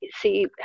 see